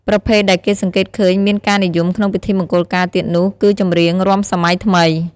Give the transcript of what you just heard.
ប្រភេទដែលគេសង្កេតឃើញមានការនិយមក្នុងពិធីមង្គលការទៀតនោះគឺចម្រៀងរាំសម័យថ្មី។